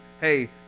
hey